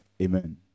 Amen